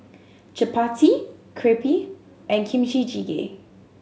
Chapati Crepe and Kimchi Jjigae